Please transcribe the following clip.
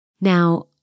Now